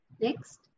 Next